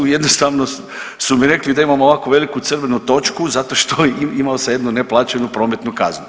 Jednostavno su mi rekli da imam ovako veliku crvenu točku zato što imao sam jednu neplaćenu prometnu kaznu.